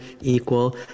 equal